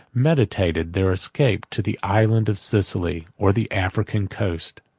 meditated their escape to the island of sicily, or the african coast.